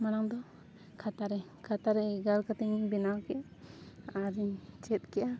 ᱢᱟᱲᱟᱝ ᱫᱚ ᱠᱷᱟᱛᱟ ᱨᱮ ᱠᱷᱟᱛᱟ ᱨᱮ ᱜᱟᱨ ᱠᱟᱛᱮᱧ ᱵᱮᱱᱟᱣ ᱠᱮᱜᱼᱟ ᱟᱨᱤᱧ ᱪᱮᱫ ᱠᱮᱜᱼᱟ